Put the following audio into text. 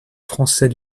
français